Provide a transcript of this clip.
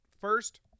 First